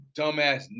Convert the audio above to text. dumbass